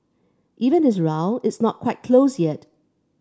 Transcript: even this round it's not quite closed yet